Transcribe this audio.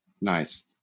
nice